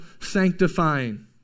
sanctifying